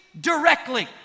directly